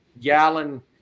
Gallon